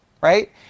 right